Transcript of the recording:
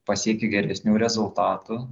pasiekė geresnių rezultatų